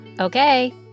Okay